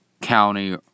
county